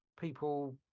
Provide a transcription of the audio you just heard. people